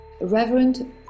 Reverend